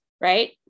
right